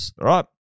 right